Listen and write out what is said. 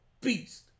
beast